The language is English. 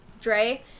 Dre